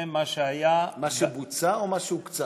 זה מה שהיה, מה שבוצע או מה שהוקצה?